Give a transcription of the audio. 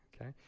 Okay